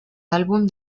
álbum